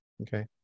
Okay